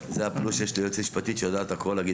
זה הפלוס שיש ליועצת משפטית שיודעת הכול להגיד לי.